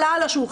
עלה על השולחן,